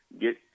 get